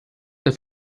der